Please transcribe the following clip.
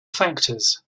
factors